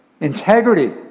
Integrity